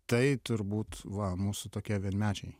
tai turbūt va mūsų tokie vienmečiai